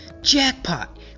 Jackpot